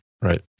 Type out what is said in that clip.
right